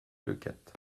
leucate